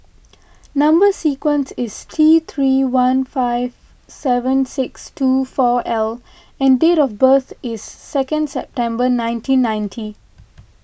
Number Sequence is T three one five seven six two four L and date of birth is second September nineteen ninety